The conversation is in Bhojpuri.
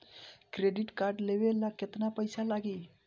क्रेडिट कार्ड लेवे ला केतना पइसा लागी?